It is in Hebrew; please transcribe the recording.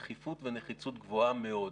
דחיפות ונחיצות גבוהה מאוד.